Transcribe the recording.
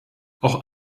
auch